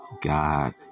God